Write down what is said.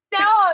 no